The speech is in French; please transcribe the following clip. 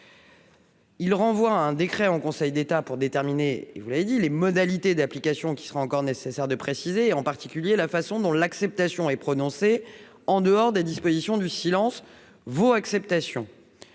Il renvoie à un décret en Conseil d'État pour déterminer et vous l'avez dit, les modalités d'application qui sera encore nécessaire de préciser en particulier la façon dont l'acceptation est prononcé en dehors des dispositions du silence vaut acceptation,